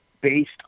based